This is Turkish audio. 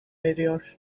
eriyor